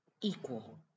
equal